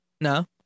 No